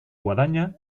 guadaña